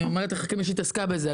אני אומרת לך את זה כמי שהתעסקה בזה.